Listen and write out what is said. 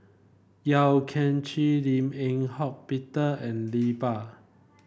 Yeo Kian Chye Lim Eng Hock Peter and Iqbal